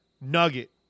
nugget